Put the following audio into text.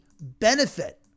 benefit